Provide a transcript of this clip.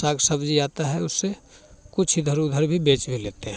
साग सब्जी आता है उससे कुछ इधर उधर भी बेच भी लेते हैं